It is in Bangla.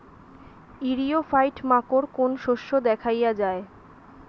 ইরিও ফাইট মাকোর কোন শস্য দেখাইয়া যায়?